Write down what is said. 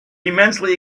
immensely